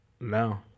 No